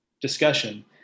discussion